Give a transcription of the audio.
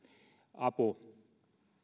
apu